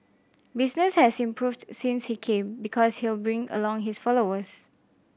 business has improved since he came because he'll bring along his followers